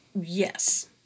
Yes